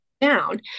down